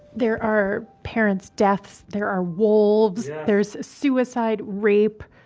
there are parents deaths. there are wolves, there's suicide, rape,